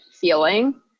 feeling